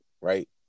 right